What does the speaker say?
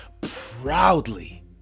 proudly